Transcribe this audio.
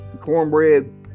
cornbread